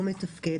לא מתפקד,